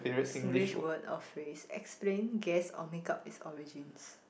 Singlish word or phrase explain guess or make up its origins